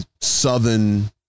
Southern